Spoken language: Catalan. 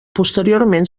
posteriorment